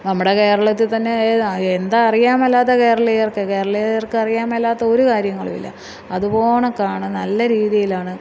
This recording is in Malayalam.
നമ്മുടെ കേരളത്തില് തന്നെ എന്താ അറിയാന്മേലാത്തെ കേരളീയർക്ക് കേരളീയർക്ക് അറിയാൻ മേലാത്ത ഒരു കാര്യങ്ങളുമില്ല അതുപോണക്കാണ് നല്ല രീതിയിലാണ്